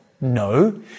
No